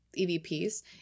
EVPs